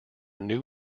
new